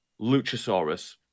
Luchasaurus